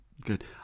Good